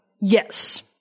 Yes